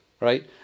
right